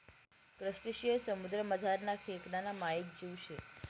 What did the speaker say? crustacean समुद्रमझारना खेकडाना मायेक जीव शे